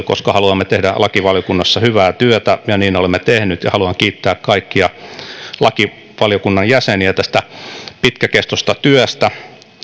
koska haluamme tehdä lakivaliokunnassa hyvää työtä ja niin olemme tehneet haluan kiittää kaikkia lakivaliokunnan jäseniä tästä pitkäkestoisesta työstä